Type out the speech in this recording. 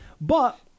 but-